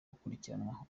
gukurikiranwa